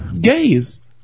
gays